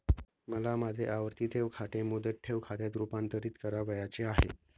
मला माझे आवर्ती ठेव खाते मुदत ठेव खात्यात रुपांतरीत करावयाचे आहे